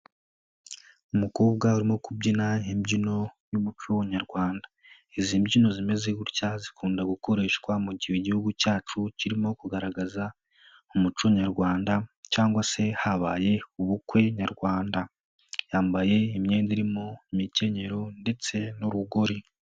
Umukobwa arimo kubyina imbyino y'umuco nyarwanda izi mbyino zimeze gutya zikunda gukoreshwa mu gihe igihugu cyacu kirimo kugaragaza umuco nyarwanda cyangwa se habaye ubukwe nyarwanda. Yambaye imyenda irimo imikenyero ndetse n'urugori.